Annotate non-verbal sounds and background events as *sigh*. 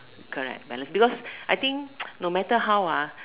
correct balance because I think *noise* no matter how ah